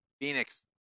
Phoenix